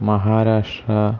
Maharashtra